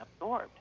absorbed